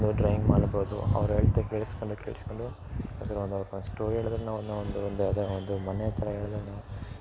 ಒಂದು ಡ್ರಾಯಿಂಗ್ ಮಾಡ್ಬೋದು ಅವ್ರ ಅಳತೆ ಕೇಳಿಸಿಕೊಂಡು ಕೇಳಿಸ್ಕೊಂಡು ಫಸ್ಟು ಹೇಳಿದ್ರೆ ಒಂದು ಯಾವ್ದಾರ ಒಂದು ಮನೆ ಥರ ಹೇಳ್ದಾಗ